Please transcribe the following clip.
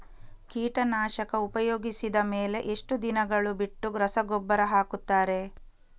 ಕೀಟನಾಶಕ ಉಪಯೋಗಿಸಿದ ಮೇಲೆ ಎಷ್ಟು ದಿನಗಳು ಬಿಟ್ಟು ರಸಗೊಬ್ಬರ ಹಾಕುತ್ತಾರೆ?